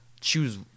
choose